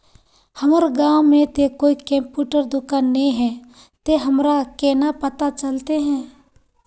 हमर गाँव में ते कोई कंप्यूटर दुकान ने है ते हमरा केना पता चलते है?